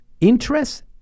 interest